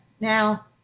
Now